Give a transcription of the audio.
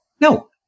No